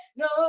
no